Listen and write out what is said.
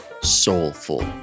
soulful